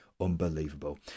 unbelievable